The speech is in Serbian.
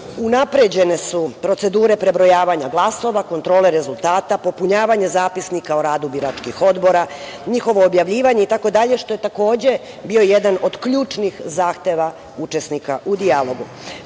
unapređene su procedure prebrojavanja glasova, kontrole rezultata, popunjavanje zapisnika o radu biračkih odbora, njihovo objavljivanje itd, što je takođe bio jedan od ključnih zahteva učesnika u dijalogu. Kruna